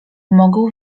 mogą